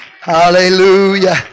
Hallelujah